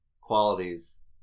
qualities